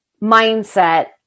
mindset